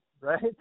right